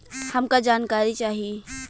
हमका जानकारी चाही?